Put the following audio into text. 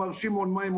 מר שמעון מימון,